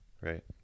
right